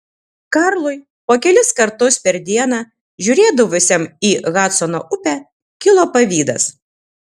karlui po kelis kartus per dieną žiūrėdavusiam į hadsono upę kilo pavydas